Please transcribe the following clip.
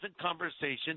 conversation